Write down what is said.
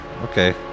Okay